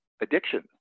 addiction